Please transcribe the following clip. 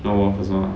hold on first lor